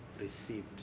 received